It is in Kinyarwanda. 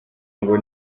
ngo